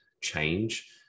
change